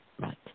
Right